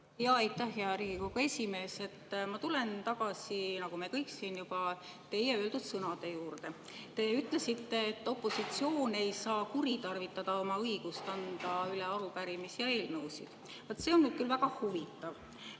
Aitäh, hea Riigikogu esimees! Ma tulen tagasi, nagu me kõik siin juba, teie öeldud sõnade juurde. Te ütlesite, et opositsioon ei saa kuritarvitada oma õigust anda üle arupärimisi ja eelnõusid. Vaat, see on nüüd küll väga huvitav.